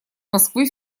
москвы